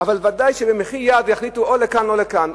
אבל ודאי שבמחי יד יחליטו לכאן או לכאן.